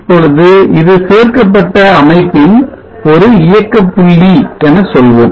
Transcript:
இப்பொழுது இது சேர்க்கப்பட்ட அமைப்பின் ஒரு இயக்க புள்ளி என சொல்வோம்